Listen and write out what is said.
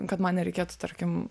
kad man nereikėtų tarkim